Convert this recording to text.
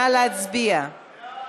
נא להצביע.